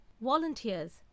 volunteers